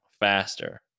faster